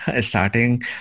starting